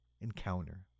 encounter